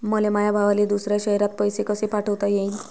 मले माया भावाले दुसऱ्या शयरात पैसे कसे पाठवता येईन?